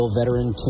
veteran